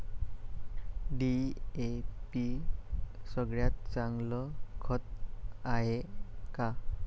DAP सगळ्यात चांगलं खत हाये का?